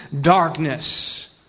darkness